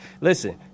Listen